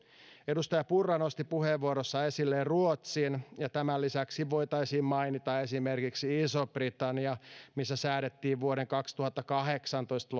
edustaja purra nosti puheenvuorossaan esille ruotsin ja tämän lisäksi voitaisiin mainita esimerkiksi iso britannia missä säädettiin vuoden kaksituhattakahdeksantoista